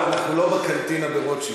אבל עדיין אנחנו לא ב"קנטינה" ברוטשילד.